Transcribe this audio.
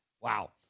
Wow